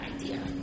idea